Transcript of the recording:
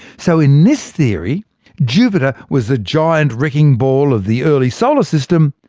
so in this theory jupiter was the giant wrecking ball of the early solar system,